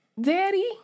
daddy